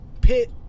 Pit